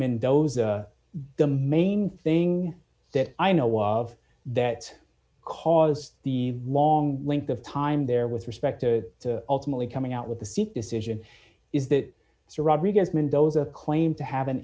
mendoza the main thing that i know of that caused the long length of time there with respect to ultimately coming out with the seat decision is that it's a rodriguez mendoza claim to have an